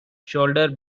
shoulder